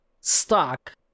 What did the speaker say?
stock